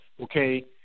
Okay